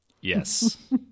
Yes